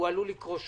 והוא עלול לקרות שוב,